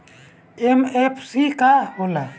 MFC का होला?